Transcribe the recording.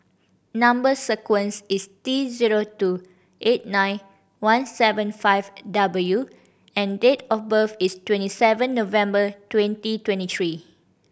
number sequence is T zero two eight nine one seven five W and date of birth is twenty seven November twenty twenty three